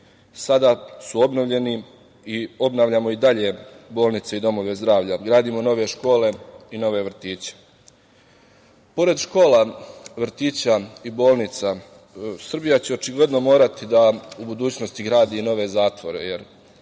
sada su obnovljeni i obnavljamo i dalje bolnice i domove zdravlja. Gradimo nove škole i nove vrtiće. Pored škola, vrtića i bolnica, Srbija će očigledno morati da u budućnosti gradi i nove zatvore,